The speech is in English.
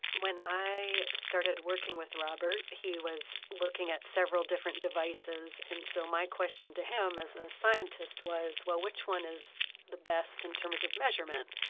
when i started working with robert he was looking at several different devices, and so my question to him as a scientist was, well, which one is the best in terms of measurement?